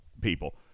people